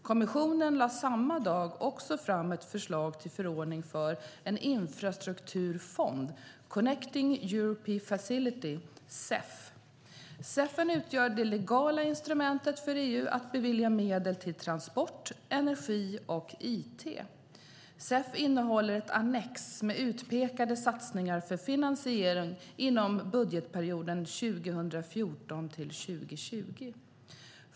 Kommissionen lade samma dag också fram ett förslag till förordning för en infrastrukturfond, Connecting Europe Facility, CEF. CEF utgör det legala instrumentet för EU att bevilja medel till transport, energi och IT. CEF innehåller ett annex med utpekade satsningar för finansiering inom budgetperioden 2014-2020.